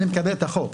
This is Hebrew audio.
אני מקבל את החוק.